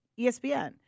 ESPN